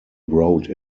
wrote